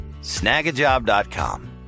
Snagajob.com